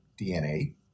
DNA